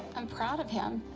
i'm proud of him.